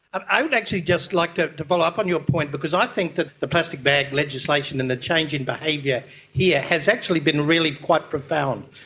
and i would actually just like to to pull up on your point, because i think that the plastic bag legislation and the change in behaviour here has actually been really quite profound.